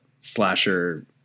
slasher